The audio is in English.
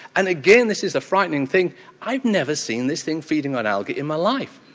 and again this is a frightening thing i've never seen this thing feeding on algae in my life.